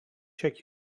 check